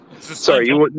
Sorry